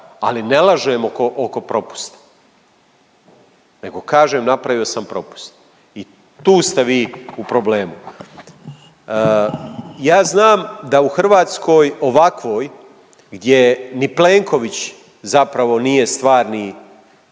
Ali ne lažem oko propusta. Nego kažem, napravio sam propust. I tu ste vi u problemu. Ja znam da u Hrvatskoj, ovakvoj gdje ni Plenković zapravo nije stvari